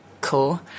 cool